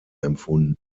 empfunden